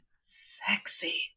sexy